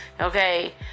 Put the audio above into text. Okay